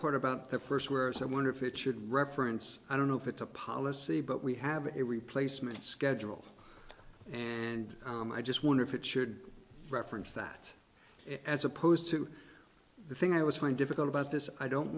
part about that first whereas i wonder if it should reference i don't know if it's a policy but we have a replacement schedule and i just wonder if it should reference that as opposed to the thing i was find difficult about this i don't